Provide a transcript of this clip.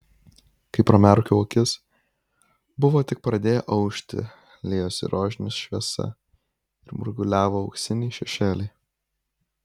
kai pramerkiau akis buvo tik pradėję aušti liejosi rožinė šviesa ir mirguliavo auksiniai šešėliai